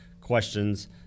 questions